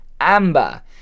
Amber